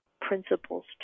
principles